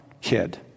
kid